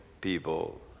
people